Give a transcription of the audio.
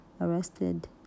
arrested